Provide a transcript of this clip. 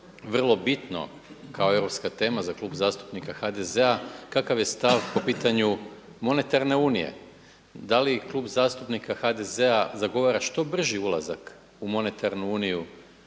vrlo bitno kao europska tema za Klub zastupnika HDZ-a, kakav je stav po pitanju monetarne unije, da li Klub zastupnika HDZ-a zagovara što brži ulazak u monetarnu uniju